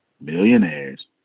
millionaires